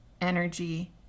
energy